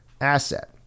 asset